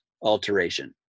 alteration